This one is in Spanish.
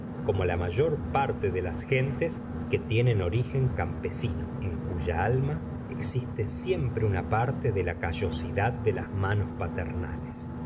como la mayor parte de las gentes que tienen origen campesino en cuya alma existe siempre una parte de la callosidad de las manos paternales